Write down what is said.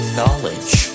knowledge